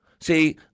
See